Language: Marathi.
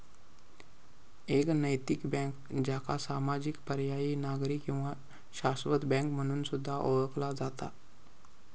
एक नैतिक बँक, ज्याका सामाजिक, पर्यायी, नागरी किंवा शाश्वत बँक म्हणून सुद्धा ओळखला जाता